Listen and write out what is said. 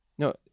No